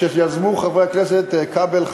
שיזמו חברי הכנסת כבל,